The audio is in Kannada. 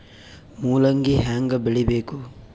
ಮೂಲಂಗಿ ಹ್ಯಾಂಗ ಬೆಳಿಬೇಕು?